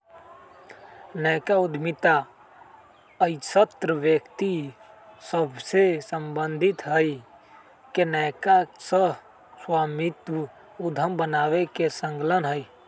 नयका उद्यमिता अइसन्न व्यक्ति सभसे सम्बंधित हइ के नयका सह स्वामित्व उद्यम बनाबे में संलग्न हइ